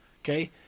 Okay